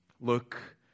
look